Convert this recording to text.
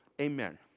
amen